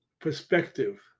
perspective